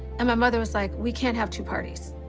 and my mother was like, we can't have two parties.